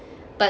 but